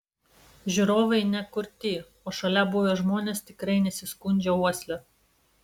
žiūrovai ne kurti o šalia buvę žmonės tikrai nesiskundžia uosle